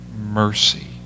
mercy